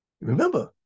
Remember